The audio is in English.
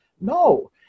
No